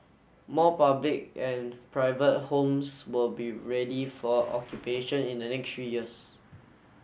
more public and private homes will be ready for occupation in the next three years